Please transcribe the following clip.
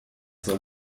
soll